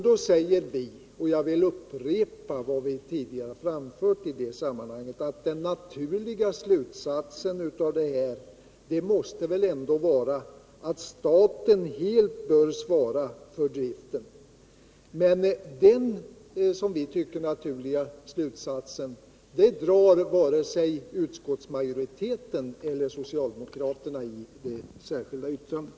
Då säger vi, och jag vill upprepa vad vi tidigare framfört i detta sammanhang, att den naturliga slutsatsen väl ändå måste vara att staten helt bör svara för driften. Men den, som vi tycker, naturliga slutsatsen drar varken utskottsmajoriteten eller socialdemokraterna i det särskilda yttrandet.